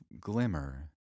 glimmer